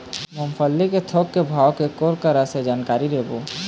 मूंगफली के थोक के भाव कोन करा से जानकारी लेबो?